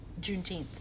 Juneteenth